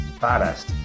baddest